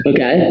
Okay